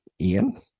Ian